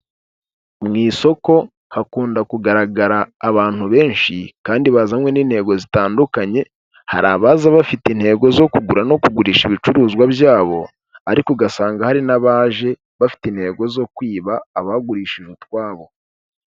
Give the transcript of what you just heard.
Mu isoko hakunda kugaragara abantu benshi kandi bazanywe n'intego zitandukanye hari abaza bafite intego zo kugura no kugurisha ibicuruzwa byabo ariko, ugasanga hari n'abaje bafite intego zo kwiba abagurishije utwabo.